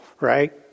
right